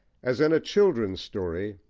as in a children's story,